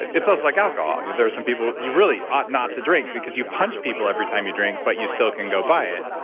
it's also like alcohol you know there's some people, you really ought not to drink because you punch people every time you drink, but you still can go buy it